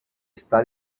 está